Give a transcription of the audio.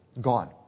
gone